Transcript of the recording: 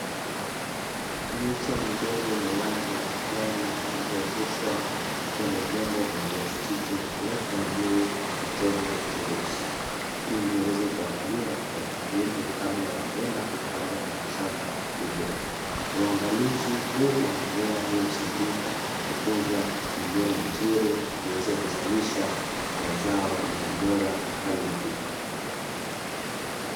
Miche midogo yenye rangi ya kijani iliyooteshwa kwenye vyombo vya plastiki na kuwekwa juu ya chombo cheusi ili iweze kuangaliwa kwa ukaribu kabla ya kwenda kupandwa kwenye shamba kubwa. Uangalizi huu wa mimea hii husaidia kukuza mimea mizuri iweze kuzalisha mazao yenye ubora wa hali ya juu.